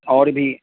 اور بھی